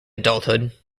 adulthood